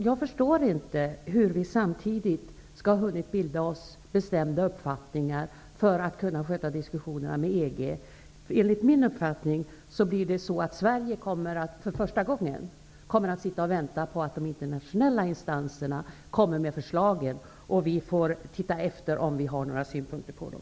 Jag förstår inte hur vi samtidigt skall ha hunnit bilda oss bestämda uppfattningar för att kunna sköta diskussionerna med EG. Enligt min uppfattning blir det så att Sverige för första gången kommer att sitta och vänta på att de internationella instanserna kommer med förslagen, för att sedan se efter om vi har några synpunkter på dem.